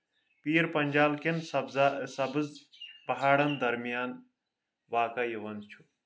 پیٖر پنجال کؠن سبزا سبٕز پہاڑن دَرمیان واقع یِوان چھُ